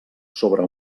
sobre